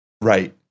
Right